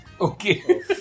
Okay